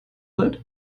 that